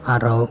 ᱟᱨᱦᱚᱸ